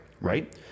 Right